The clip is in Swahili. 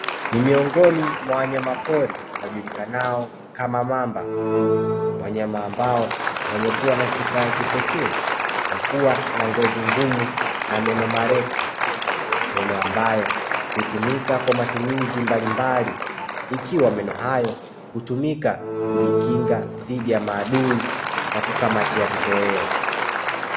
Ni miongoni mwa wanyamapori wajulikanao kama mamba. Wanyama ambao wamekuwa na sifa ya kipekee kwa kuwa na ngozi ngumu na meno marefu. Meno ambayo hutumika kwa matumizi mbalimbali, ikiwa meno hayo hutumika kujikinga dhidi ya maadui na kukamatia vitoweo.